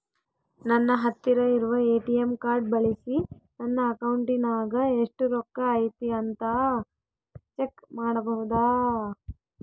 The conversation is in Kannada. ನನ್ನ ಹತ್ತಿರ ಇರುವ ಎ.ಟಿ.ಎಂ ಕಾರ್ಡ್ ಬಳಿಸಿ ನನ್ನ ಅಕೌಂಟಿನಾಗ ಎಷ್ಟು ರೊಕ್ಕ ಐತಿ ಅಂತಾ ಚೆಕ್ ಮಾಡಬಹುದಾ?